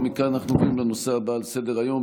ומכאן אנחנו עוברים לנושא הבא על סדר-היום,